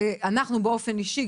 ואנחנו באופן אישי,